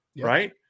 right